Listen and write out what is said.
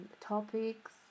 topics